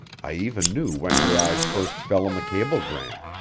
i even knew when her eyes first fell on the cablegram.